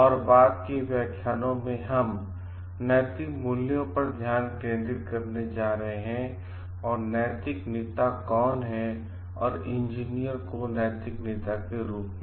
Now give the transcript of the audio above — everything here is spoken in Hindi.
और बाद के व्याख्यानों में हम नैतिक मूल्यों पर ध्यान केंद्रित करने जा रहे हैं और नैतिक नेता कौन है और इंजीनियर को नैतिक नेता के रूप में